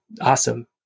awesome